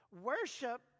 Worship